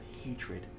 hatred